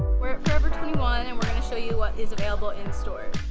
we're at forever twenty one and we're gonna show you what is available in-store.